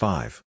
Five